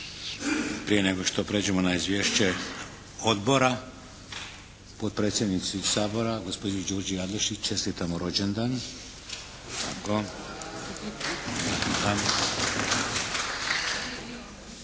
Prije nego što prijeđemo na izvješće odbora potpredsjednici Sabora gospođi Đurđi Adlešić čestitamo rođendan.